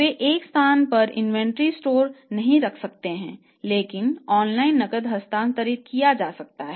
वे एक स्थान पर इन्वेंट्री स्टोर नहीं कर सकते हैं लेकिन ऑनलाइन नकद हस्तांतरित किया जा सकता है